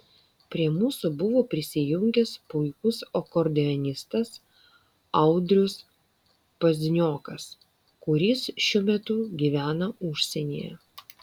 prie mūsų buvo prisijungęs puikus akordeonistas audrius pazniokas kuris šiuo metu gyvena užsienyje